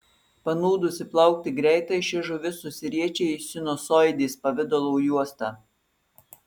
panūdusi plaukti greitai ši žuvis susiriečia į sinusoidės pavidalo juostą